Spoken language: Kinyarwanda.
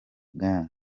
gangs